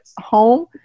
home